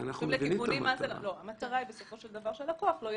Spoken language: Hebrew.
כדי שהמשטרה תבדוק אם יש אפשרות לבצע את הפעולה או אין אפשרות,